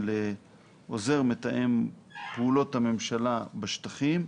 של עוזר מתאם פעולות הממשלה בשטחים,